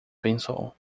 pensou